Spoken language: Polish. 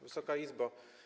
Wysoka Izbo!